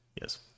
yes